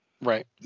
Right